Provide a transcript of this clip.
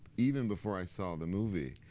even before i saw the movie,